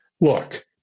Look